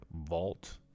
vault